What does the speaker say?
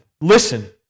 listen